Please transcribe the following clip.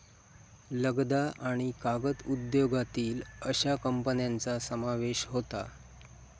लगदा आणि कागद उद्योगातील अश्या कंपन्यांचा समावेश होता